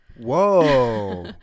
Whoa